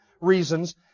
reasons